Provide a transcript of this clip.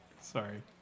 Sorry